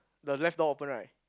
the left door open right